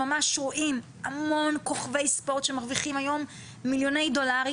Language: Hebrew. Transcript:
ממש רואים המון כוכבי ספורט שמרוויחים מיליוני דולרים,